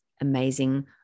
amazing